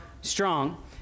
strong